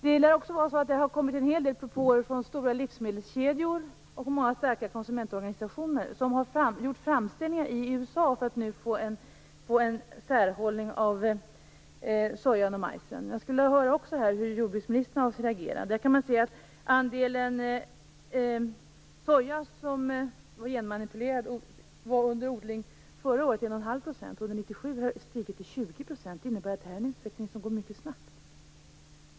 Det lär också ha kommit en hel del propåer från stora livsmedelskedjor och från många starka konsumentorganisationer, som i USA har gjort framställningar för att få en särhållning av sojan och majsen. Andelen genmanipulerad soja under odling förra året var 1,5 %, medan andelen under 1997 har stigit till 20 %. Det innebär att det här är en utveckling som går mycket snabbt.